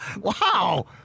Wow